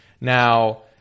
Now